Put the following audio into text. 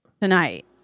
Tonight